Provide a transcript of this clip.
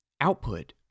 output